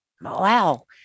wow